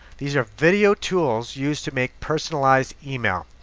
these are video tools used to make personalized email.